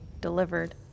delivered